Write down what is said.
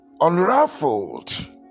unruffled